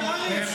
עכשיו הבנתי,